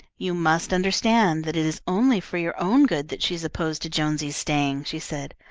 you must understand that it is only for your own good that she is opposed to jonesy's staying, she said.